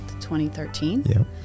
2013